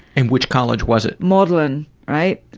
and which college was it? maudlin, right?